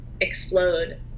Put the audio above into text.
explode